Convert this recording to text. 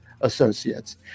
Associates